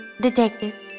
detective